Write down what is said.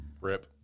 Rip